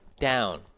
Down